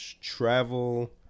travel